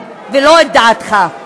ולא את דעתך.